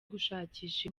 gushakisha